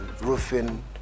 roofing